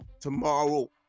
tomorrow